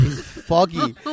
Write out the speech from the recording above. foggy